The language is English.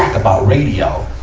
about radio,